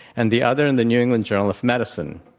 and the other in the new england journal of medicine.